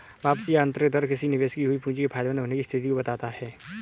वापसी की आंतरिक दर किसी निवेश की हुई पूंजी के फायदेमंद होने की स्थिति को बताता है